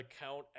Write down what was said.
account